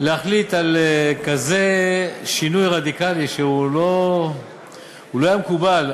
להחליט על כזה שינוי רדיקלי, שלא היה מקובל.